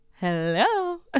hello